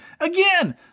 Again